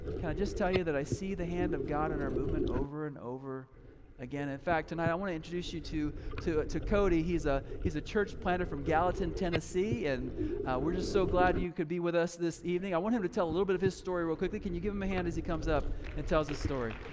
can i just tell you that i see the hand of god in our movement over and over again, in fact, and tonight i wanna introduce you to to to cody, he's ah a church planter from gallatin, tennessee, and we're just so glad you could be with us this evening. i want him to tell a little bit of his story real quick. can you give him a hand as he comes up and tells his story?